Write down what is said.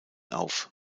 auf